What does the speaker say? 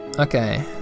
Okay